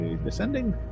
Descending